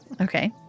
Okay